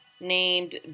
named